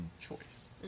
choice